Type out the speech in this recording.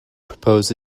propose